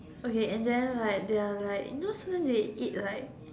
okay and then like there are like you know sometimes they eat like